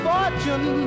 Fortune